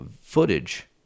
footage